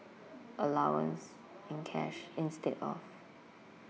allowance in cash instead of